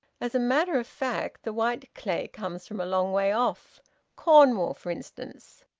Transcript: as a matter of fact the white clay comes from a long way off cornwall, for instance.